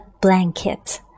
blanket